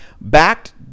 backed